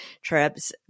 trips